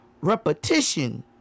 repetition